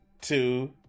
two